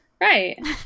Right